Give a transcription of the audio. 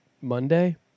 Monday